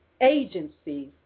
agencies